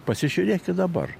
pasižiūrėkit dabar